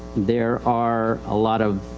there are a lot of,